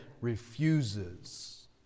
refuses